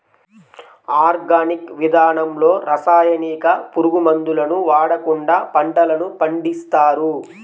organic విధానంలో రసాయనిక, పురుగు మందులను వాడకుండా పంటలను పండిస్తారు